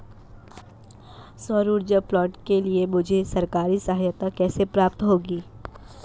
सौर ऊर्जा प्लांट के लिए मुझे सरकारी सहायता कैसे प्राप्त होगी?